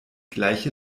gleiche